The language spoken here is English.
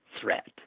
threat